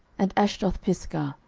and ashdothpisgah,